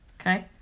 Okay